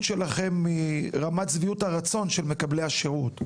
שלכם מרמת שביעות הרצון של מקבלי השירות,